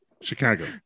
chicago